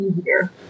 easier